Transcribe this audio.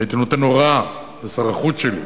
הייתי נותן הוראה לשר החוץ שלי,